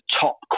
top